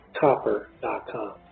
copper.com